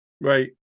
right